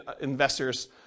investors